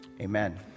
Amen